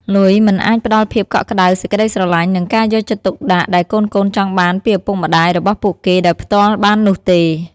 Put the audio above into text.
លុយមិនអាចផ្តល់ភាពកក់ក្ដៅ សេចក្ដីស្រឡាញ់ និងការយកចិត្តទុកដាក់ដែលកូនៗចង់បានពីឪពុកម្ដាយរបស់ពួកគេដោយផ្ទាល់បាននោះទេ។